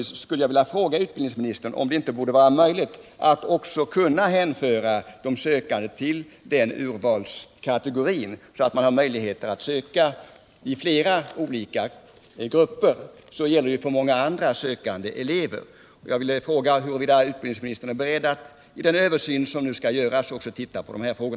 Jag skulle vilja fråga utbildningsministern om det inte borde vara möjligt att hänföra sökande med denna bakgrund till urvalskategorin la, så att de får möjlighet att söka i flera olika grupper. Det har ju många andra sökande elever. Jag vill fråga huruvida utbildningsministern är beredd att vid den översyn som nu skall göras också granska dessa frågor.